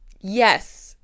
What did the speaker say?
yes